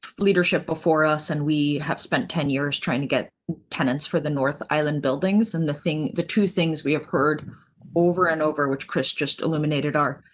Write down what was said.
leadership before us, and we have spent ten years trying to get tenants for the north island buildings and the thing, the two things we have heard over and over, which chris just eliminated our.